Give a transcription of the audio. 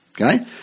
okay